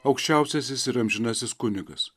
aukščiausiasis ir amžinasis kunigas